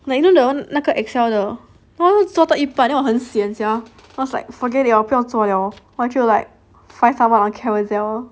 like you know that one 那个 excel 的做我很 sian sia then like forget it 我不做 liao then like find like someone on Carousell